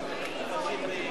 פעם ראשונה